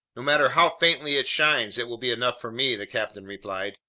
no matter how faintly it shines, it will be enough for me, the captain replied.